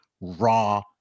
raw